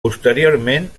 posteriorment